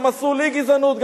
גם עשו לי גזענות,